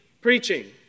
preaching